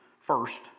First